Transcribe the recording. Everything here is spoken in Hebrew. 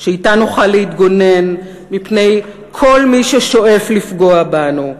שאתה נוכל להתגונן מפני כל מי ששואף לפגוע בנו,